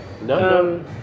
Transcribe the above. No